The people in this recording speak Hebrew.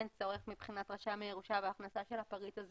אין צורך מבחינת רשם הירושה בהכנסת הפריט הזה